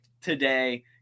today